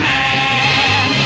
Man